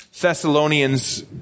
Thessalonians